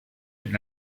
den